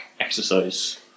exercise